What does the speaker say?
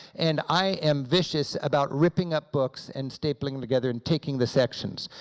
and i am vicious about ripping up books, and stapling together, and taking the sections.